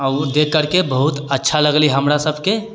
ओ देखि करिके बहुत अच्छा लगलै हमरा सबके